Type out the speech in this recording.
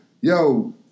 Yo